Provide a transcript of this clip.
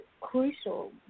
crucial